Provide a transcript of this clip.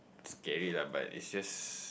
scary lah but it's just